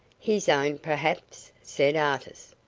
his own, perhaps, said artis.